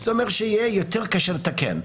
זה אומר שיהיה יותר קשה לתקן.